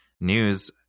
news